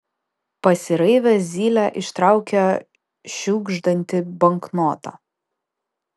pasiraivęs zylė ištraukė šiugždantį banknotą